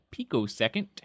picosecond